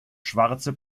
schwarze